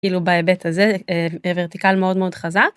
כאילו בהיבט הזה ורטיקל מאוד מאוד חזק.